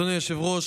אדוני היושב-ראש,